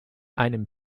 einem